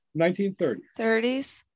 1930s